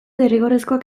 derrigorrezkoak